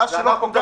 36 זה במקסימום.